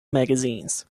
magazines